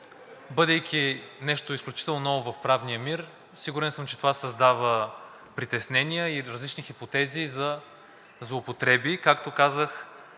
бидейки нещо изключително ново в правния мир, сигурен съм, че това създава притеснения и различни хипотези за злоупотреби. Както казах,